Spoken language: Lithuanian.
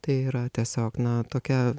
tai yra tiesiog na tokia